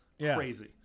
Crazy